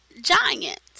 giant